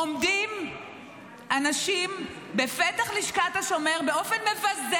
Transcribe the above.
עומדים אנשים בפתח לשכת תל השומר באופן מבזה